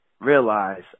Realize